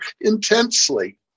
intensely